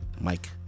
mike